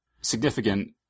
significant